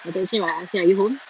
I text him I asked him are you home